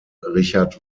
richard